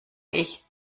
ich